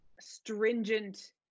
stringent